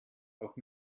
auch